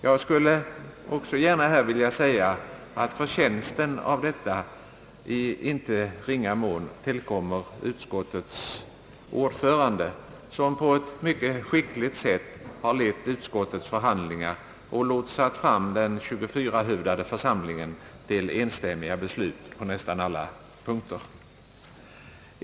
Jag skulle också gärna vilja säga, att förtjänsten av detta i icke ringa mån tillkommer utskottets ordförande, som på ett mycket skickligt sätt har lett utskottets förhandlingar och lotsat fram den 24-hövdade församlingen till enstämmiga beslut på nästan alla punkter.